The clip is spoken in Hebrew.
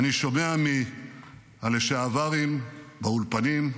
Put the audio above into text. אני שומע מלשעברים באולפנים: